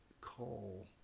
call